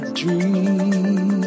dream